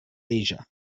asia